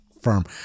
firm